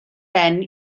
ben